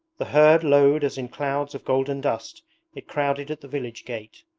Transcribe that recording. the herd lowed as in clouds of golden dust it crowded at the village gate.